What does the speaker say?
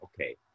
Okay